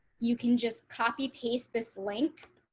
you can just copy paste this link.